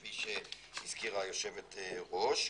כפי שהזכירה היושבת ראש,